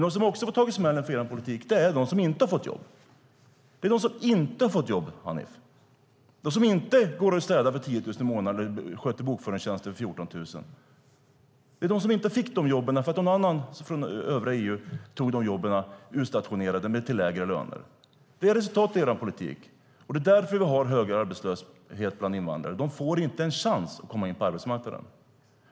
De som också har fått ta smällen av er politik är de som inte har fått jobb, Hanif. Det är de som inte går och städar för 10 000 i månaden eller sköter bokföringstjänster för 14 000. De fick inte dessa jobb för att någon annan från EU tog de jobben till lägre lön. Detta är resultatet av er politik, och det är därför vi har hög arbetslöshet bland invandrare. De får inte en chans att komma in på arbetsmarknaden.